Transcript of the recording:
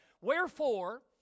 Wherefore